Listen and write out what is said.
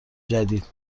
جدید